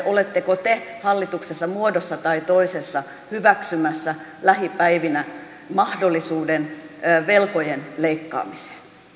oletteko te hallituksessa muodossa tai toisessa hyväksymässä lähipäivinä mahdollisuuden velkojen leikkaamiseen